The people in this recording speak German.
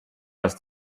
dass